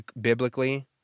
biblically